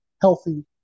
Healthy